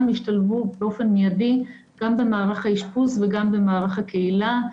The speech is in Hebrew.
ישתלבו באופן מיידי גם במערך האשפוז וגם במערך הקהילה,